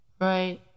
Right